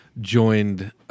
joined